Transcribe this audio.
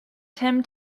tim